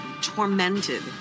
tormented